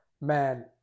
Man